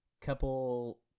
couple